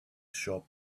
shop